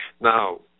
Now